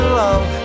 love